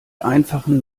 einfachen